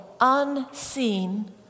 unseen